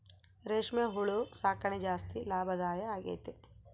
ರೇಷ್ಮೆ ಹುಳು ಸಾಕಣೆ ಜಾಸ್ತಿ ಲಾಭದಾಯ ಆಗೈತೆ